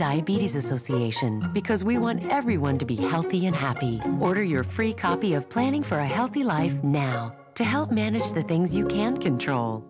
diabetes association because we want everyone to be healthy and happy for your free copy of planning for a healthy life to help manage the things you can't control